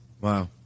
Wow